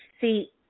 See